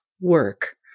work